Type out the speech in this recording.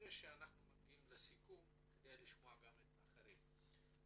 לפני שאנחנו מגיעים לסיכום כדאי שנשמע את האחרים גם.